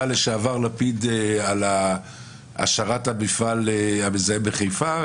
לשעבר לפיד על השארת המפעל המזהם בחיפה?